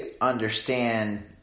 understand